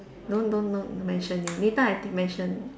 don't don't don't mention it later I think mention